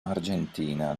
argentina